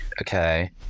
Okay